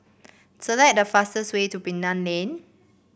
select the fastest way to Bilal Lane